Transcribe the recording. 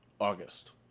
August